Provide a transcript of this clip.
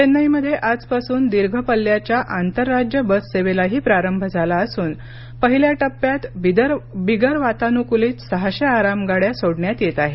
चेन्नईमध्ये आजपासून दीर्घ पल्ल्याच्या आंतरराज्य बससेवेलाही प्रारंभ झाला असून पहिल्या टप्प्यात बिगर वातानुकुलीत सहाशे आरामगाड्या सोडण्यात येत आहेत